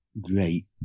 great